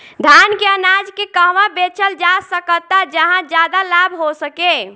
धान के अनाज के कहवा बेचल जा सकता जहाँ ज्यादा लाभ हो सके?